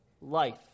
life